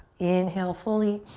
inhale fully.